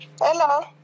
Hello